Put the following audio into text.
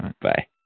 Bye